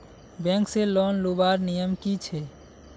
Bank से loan लुबार नियम की छे?